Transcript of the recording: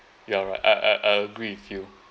you are right I I I agree with you